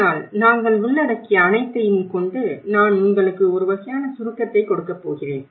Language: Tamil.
ஆனால் நாங்கள் உள்ளடக்கிய அனைத்தையும் கொண்டு நான் உங்களுக்கு ஒரு வகையான சுருக்கத்தை கொடுக்கப் போகிறேன்